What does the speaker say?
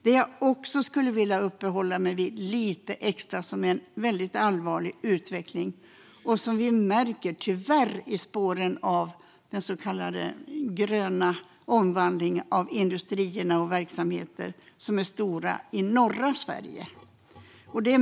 Jag vill också uppehålla mig lite extra vid människoexploatering, en väldigt allvarlig utveckling som vi tyvärr märker i spåren av den så kallade gröna omvandlingen av industrin och andra verksamheter som är stora i norra Sverige.